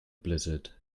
blizzard